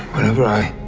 whenever i.